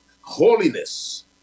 holiness